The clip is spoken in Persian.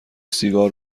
سیگار